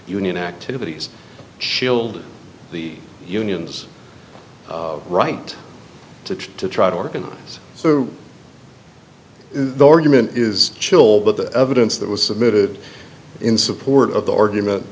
union activities shilled the union's right to choose to try to organize so the argument is chill but the evidence that was submitted in support of the argument